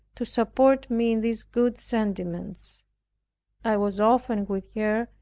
to support me in these good sentiments i was often with her,